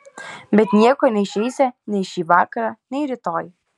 bet nieko neišeisią nei šį vakarą nei rytoj